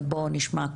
אבל בואו נשמע,